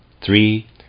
Three